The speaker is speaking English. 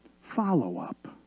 follow-up